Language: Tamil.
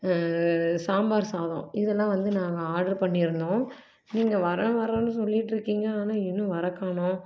சாம்பார் சாதம் இதெலாம் வந்து நாங்கள் ஆர்டர் பண்ணிருந்தோம் நீங்கள் வரேன் வரேன்னு சொல்லிட்டுருக்கீங்க ஆனால் இன்னும் வரக்காணும்